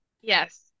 Yes